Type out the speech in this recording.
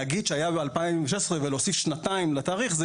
להגיד שהיה ב-2016 ולהוסיף שנתיים לתאריך.